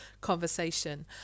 conversation